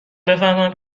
بفهمم